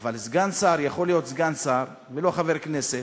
אבל סגן שר יכול להיות סגן שר ולא חבר כנסת,